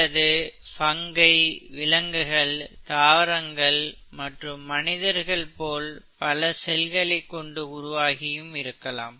அல்லது பங்கை விலங்குகள் தாவரங்கள் மற்றும் மனிதர்கள் போல் பல செல்களை கொண்டு உருவாகி இருக்கலாம்